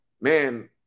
man